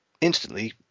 instantly